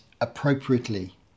appropriately